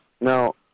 Now